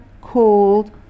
called